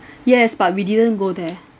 yes but we didn't go there